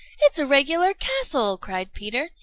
it's a regular castle! cried peter,